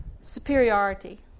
superiority